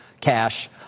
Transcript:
cash